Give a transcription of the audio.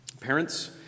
Parents